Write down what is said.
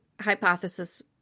hypothesis